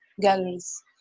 galleries